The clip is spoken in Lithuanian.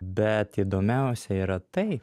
bet įdomiausia yra tai